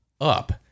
up